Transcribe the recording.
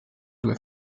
due